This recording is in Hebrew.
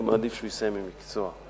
אני מעדיף שהוא יסיים עם מקצוע.